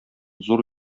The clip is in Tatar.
зур